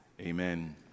Amen